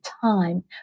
time